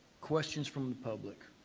questions from the public.